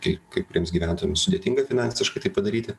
kai kai kuriems gyventojams sudėtinga finansiškai tai padaryti